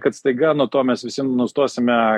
kad staiga nuo to mes visi nustosime